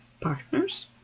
Partners